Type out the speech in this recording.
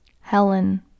Helen